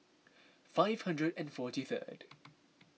five hundred and forty third